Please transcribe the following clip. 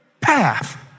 path